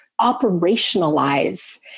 operationalize